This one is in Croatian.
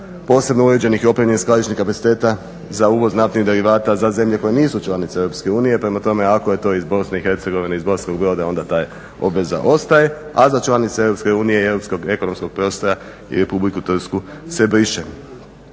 posebno uređenih i opremljenih skladišnih kapaciteta za uvoz naftnih derivata za zemlje koje nisu članice EU, prema tome ako je to iz BIH, iz Banskog Broda onda ta obveza ostaje a za članice EU i europskog ekonomskog prostora i Republiku Trsku se briše.